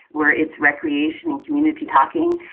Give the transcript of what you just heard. where it's recreation and community talking.